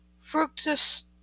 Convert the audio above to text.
Fructus